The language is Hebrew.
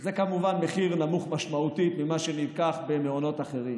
זה כמובן מחיר נמוך משמעותית ממה שנלקח במעונות אחרים,